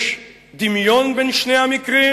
יש דמיון בין שני המקרים.